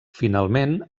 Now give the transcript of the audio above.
finalment